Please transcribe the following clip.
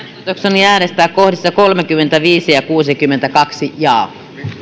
oli äänestää kohdissa kolmekymmentäviisi ja kuusikymmentäkaksi